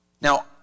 Now